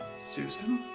susan